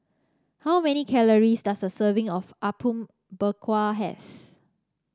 how many calories does a serving of Apom Berkuah have